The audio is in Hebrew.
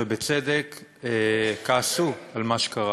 ובצדק כעסו על מה שקרה.